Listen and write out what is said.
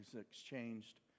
exchanged